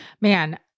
man